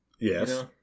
Yes